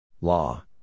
Law